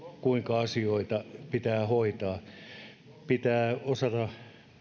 kuinka asioita pitää hoitaa pitää osata